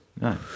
No